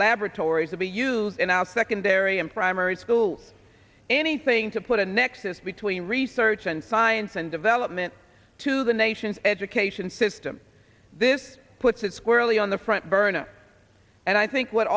laboratories to be used in our secondary and primary schools anything to put a nexus between research and science and development to the nation's education system this puts it squarely on the front burner and i think what